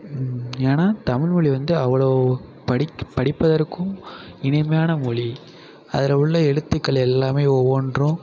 ஏன்னா தமிழ் மொழி வந்து அவ்வளோ படிக்க படிப்பதற்கும் இனிமையான மொழி அதில் உள்ள எழுத்துக்கள் எல்லாம் ஒவ்வொன்றும்